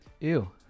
ew